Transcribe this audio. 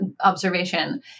observation